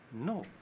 No